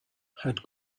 had